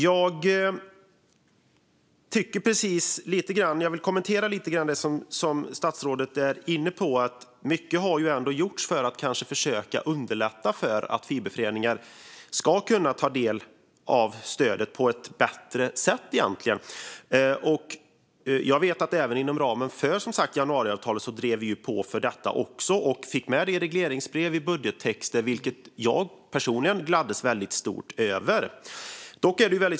Jag vill lite grann kommentera det som statsrådet är inne på om att mycket ändå har gjorts för att försöka underlätta för att fiberföreningar ska kunna ta del av stöd på ett bättre sätt. Jag vet att även inom ramen för januariavtalet drev vi på för detta och fick med det i regleringsbrev och budgettexter, vilket jag personligen gladdes mycket över.